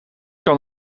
kan